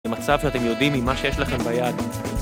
למצב שאתם יודעים ממה שיש לכם ביד